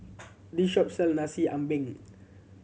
this shop sell Nasi Ambeng